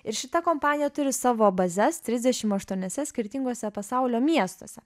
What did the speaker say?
ir šita kompanija turi savo bazes trisdešim aštuoniuose skirtingose pasaulio miestuose